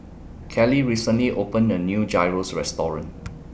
Kelley recently opened A New Gyros Restaurant